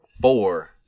four